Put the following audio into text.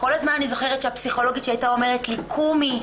כל הזמן אני זוכרת שהפסיכולוגית שלי הייתה אומרת לי: קומי,